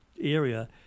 area